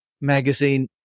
magazine